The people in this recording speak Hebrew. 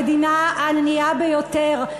שהיא המדינה הענייה ביותר.